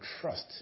trust